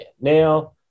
Now